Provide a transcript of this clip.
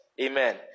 Amen